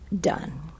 done